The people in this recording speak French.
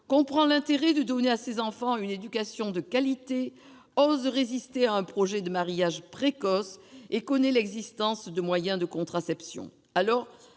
comprend l'intérêt de donner à ses enfants une éducation de qualité, ose résister à un projet de mariage précoce et connaît l'existence de moyens de contraception. Alors,